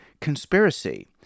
conspiracy